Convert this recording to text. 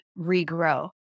regrow